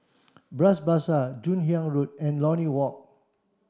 Bras Basah Joon Hiang Road and Lornie Walk